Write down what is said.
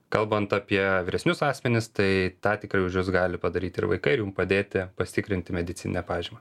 kalbant apie vyresnius asmenis tai tą tikrai už jus gali padaryti ir vaikai ir jum padėti pasitikrinti medicininę pažymą